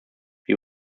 wir